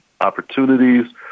opportunities